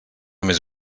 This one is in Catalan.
més